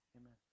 amen